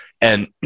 And-